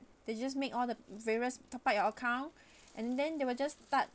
they just make all the various top up your account and then they will just start